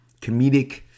comedic